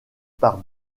par